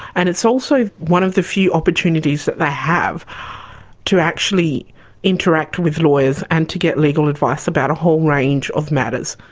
and it's also one of the few opportunities that they have to actually interact with lawyers and to get legal advice about a whole range of matters.